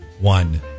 one